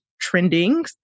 trending